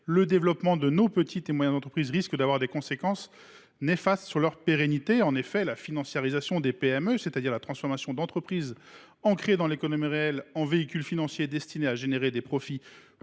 le développement de nos PME, risque d’avoir des conséquences néfastes sur leur pérennité. En effet, la financiarisation de ces dernières, c’est à dire la transformation d’entreprises ancrées dans l’économie réelle en véhicules financiers destinés à engendrer des profits